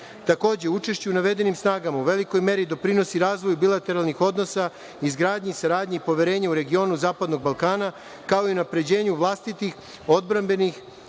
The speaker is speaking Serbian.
Takođe učešćem u navedenim snagama, u velikoj meri doprinosi razvoju bilateralnih odnosa izgradnji, saradnji i poverenju u regionu zapadnog Balkana kao i unapređenju vlastitih odbrambenih